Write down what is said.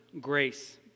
grace